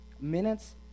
minutes